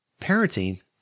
parenting